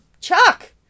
Chuck